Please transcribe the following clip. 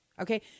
Okay